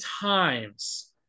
times